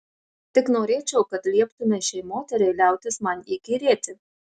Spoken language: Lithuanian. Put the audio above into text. tik norėčiau kad lieptumei šiai moteriai liautis man įkyrėti